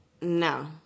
no